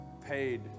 paid